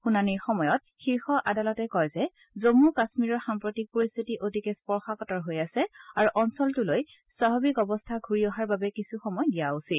শুনানিৰ সময়ত শীৰ্ষ আদালতে কয় যে জম্ম কাশ্মীৰৰ সাম্প্ৰতিক পৰিস্থিতি অতিকে স্পৰ্শকাতৰ হৈ আছে আৰু অঞ্চলটোলৈ স্বাভাৱিক অৱস্থা ঘূৰি অহাৰ বাবে কিছু সময় দিয়া উচিত